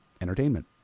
entertainment